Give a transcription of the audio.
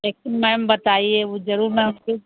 लेकिन मैम बताइए वो जरूर मैं आपसे